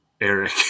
Eric